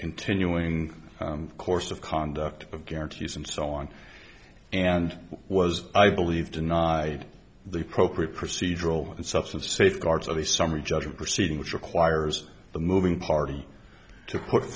continuing course of conduct of guarantees and so on and was i believe denied the appropriate procedural and substance safeguards of the summary judgment proceeding which requires the moving party to put